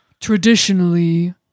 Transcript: traditionally